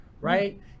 Right